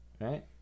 right